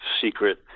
secret